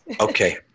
Okay